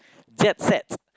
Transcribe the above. jet set